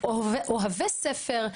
ייהפכו גם ילדים שהם אוהבי ספר,